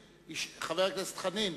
חנין,